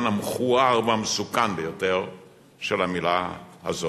המכוער והמסוכן ביותר של המלה הזאת.